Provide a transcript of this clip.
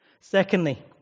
Secondly